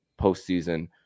postseason